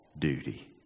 duty